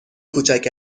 کوچک